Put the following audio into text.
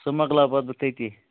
سُہ مۅکلاو پَتہٕ بہٕ تتی